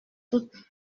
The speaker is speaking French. toutes